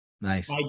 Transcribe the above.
Nice